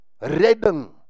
Redden